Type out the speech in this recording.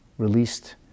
released